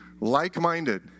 like-minded